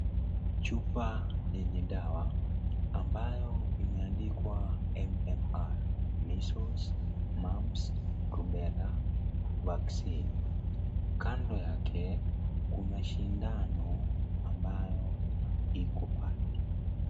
Chupa yenye dawa, ambayo imeandikwa, MMR measles, mumps, rubella vaccine . Kando yake, kuna sindano ambayo iko pale.